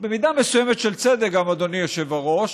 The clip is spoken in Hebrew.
במידה מסוימת של צדק גם, אדוני היושב-ראש,